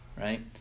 right